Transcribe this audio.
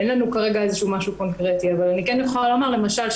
אין לנו משהו קונקרטי אבל אני כן יכולה להגיד שבחוק